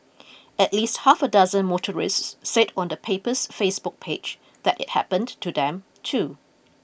at least half a dozen motorists said on the paper's Facebook page that it happened to them too